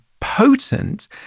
potent